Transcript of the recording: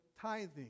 tithing